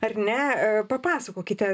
ar ne papasakokite